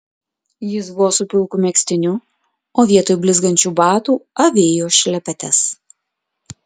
jis buvo su pilku megztiniu o vietoj blizgančių batų avėjo šlepetes